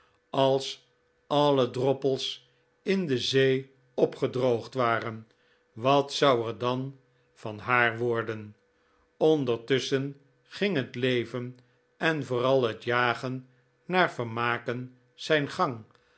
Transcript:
als alle droppels in de zee opgedroogd waren wat zou er dan van haar worden ondertusschen ging het leven en vooral het jagen naar vermaken zijn gang